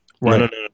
Right